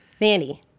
Nanny